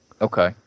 Okay